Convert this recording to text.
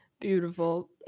Beautiful